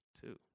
Two